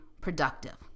productive